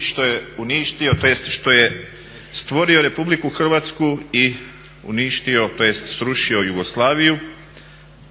što je uništio tj. što je stvorio Republiku Hrvatsku i uništio tj. srušio Jugoslaviju,